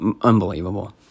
unbelievable